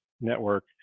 network